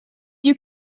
you